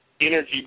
energy